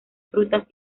frutas